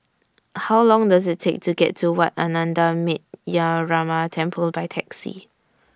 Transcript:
How Long Does IT Take to get to Wat Ananda Metyarama Temple By Taxi